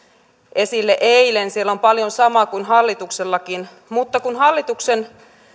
esille eilen siellä on paljon samaa kuin hallituksellakin hallituksen